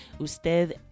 usted